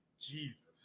Jesus